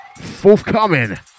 forthcoming